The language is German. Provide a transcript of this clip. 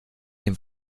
den